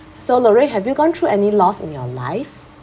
so lorraine have you gone through any loss in your life